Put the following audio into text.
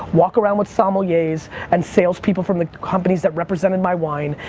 walk around with sommeliers and salespeople from the companies that represented my wine,